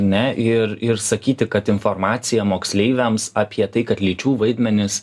ne ir ir sakyti kad informacija moksleiviams apie tai kad lyčių vaidmenys